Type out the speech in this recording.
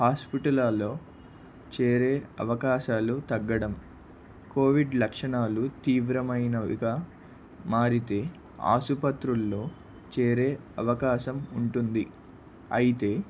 హాస్పిటల్లలో చేరే అవకాశాలు తగ్గడం కోవిడ్ లక్షణాలు తీవ్రమైనవిగా మారితే ఆసుపత్రులలో చేరే అవకాశం ఉంటుంది అయితే